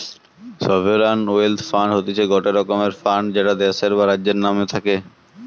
sovereign wealth fund হতিছে গটে রকমের ফান্ড যেটা দেশের বা রাজ্যের নাম থাকে